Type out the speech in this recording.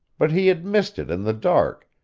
but he had missed it in the dark,